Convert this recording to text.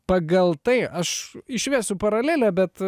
pagal tai aš išvesiu paralelę bet